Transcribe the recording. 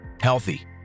healthy